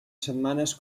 setmanes